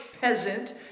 peasant